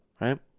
right